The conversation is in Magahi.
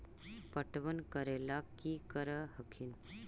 पटबन करे ला की कर हखिन?